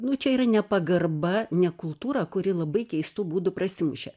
nu čia yra nepagarba nekultūra kuri labai keistu būdu prasimušė